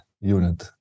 unit